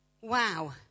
Wow